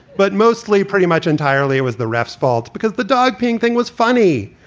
but mostly pretty much entirely, it was the refs fault because the dog peeing thing was funny.